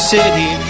City